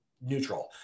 neutral